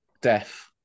death